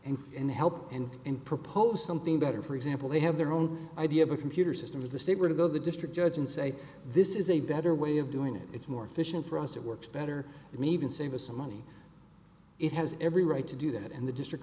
the help and in propose something better for example they have their own idea of a computer system of the state were to go to the district judge and say this is a better way of doing it it's more efficient for us it works better it may even save us money it has every right to do that and the district